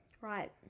Right